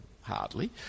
hardly